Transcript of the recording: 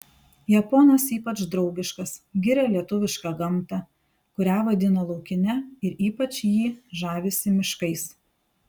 japonas ypač draugiškas giria lietuvišką gamtą kurią vadina laukine ir ypač jį žavisi miškais